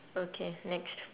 okay next